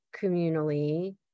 communally